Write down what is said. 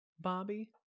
Bobby